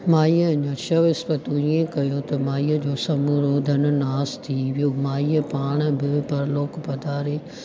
माईअ अञा छह विस्पतूं इहो कयो त माईअ जो सभु उहो धनु नाश थी वियो माईअ पाण बि परलोक पधारी